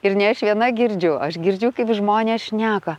ir ne aš viena girdžiu aš girdžiu kaip žmonės šneka